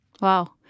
Wow